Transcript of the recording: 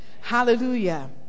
Hallelujah